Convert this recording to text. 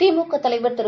திமுக தலைவர் திரு